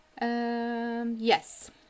yes